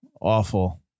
awful